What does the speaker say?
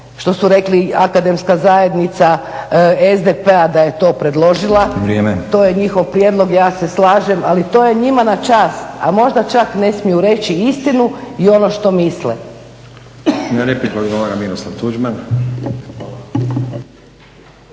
što su rekli akademska zajednica SDP-a da je to predložila … /Upadica: Vrijeme./ … to je njihov prijedlog ja se slažem ali to je njima na čast, a možda čak ne smiju reći istinu i ono što misle.